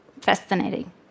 fascinating